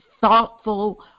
thoughtful